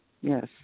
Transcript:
Yes